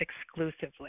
exclusively